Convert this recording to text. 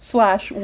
Slash